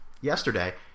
yesterday